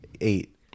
Eight